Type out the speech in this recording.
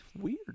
weird